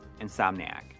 Insomniac